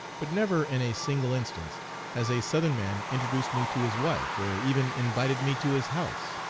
but never in a single instance has a southern man introduced me to his wife or even invited me to his house.